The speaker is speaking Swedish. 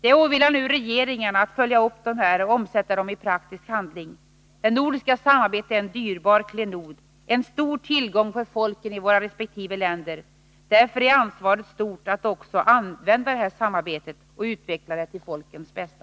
Det åvilar nu regeringarna att följa upp dem och omsätta dem i praktisk handling. Det nordiska samarbetet är en dyrbar klenod och en stor tillgång för folken i våra resp. länder; därför är ansvaret stort att också använda detta samarbete och utveckla det till folkens bästa.